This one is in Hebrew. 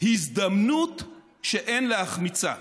הזדמנות שאין להחמיצה":